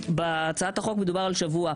בהצעת החוק מדובר על שבוע,